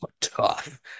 tough